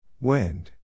Wind